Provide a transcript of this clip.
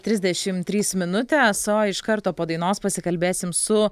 trisdešimt trys minutes o iš karto po dainos pasikalbėsim su